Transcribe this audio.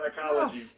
psychology